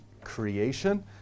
creation